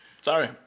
Sorry